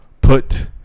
put